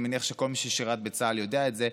ואני מניח שכל מי ששירת בצה"ל יודע את זה: